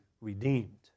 redeemed